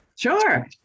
Sure